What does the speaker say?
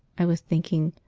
i was thinking.